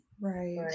right